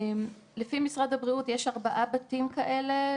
לפי משרד הבריאות, יש ארבעה בתים כאלה.